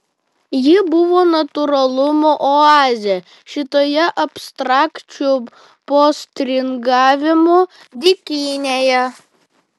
ji buvo natūralumo oazė šitoje abstrakčių postringavimų dykynėje